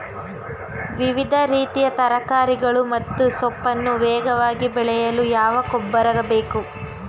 ವಿವಿಧ ರೀತಿಯ ತರಕಾರಿಗಳು ಮತ್ತು ಸೊಪ್ಪನ್ನು ವೇಗವಾಗಿ ಬೆಳೆಯಲು ಯಾವ ಗೊಬ್ಬರ ಬೇಕು?